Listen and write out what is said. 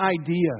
idea